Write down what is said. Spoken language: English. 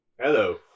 Hello